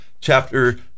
chapter